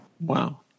Wow